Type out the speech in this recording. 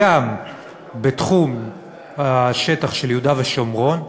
גם בתחום השטח של יהודה ושומרון,